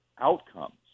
outcomes